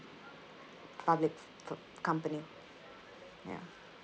public fi~ company ya